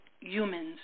humans